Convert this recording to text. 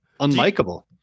unlikable